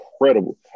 incredible